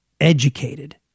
educated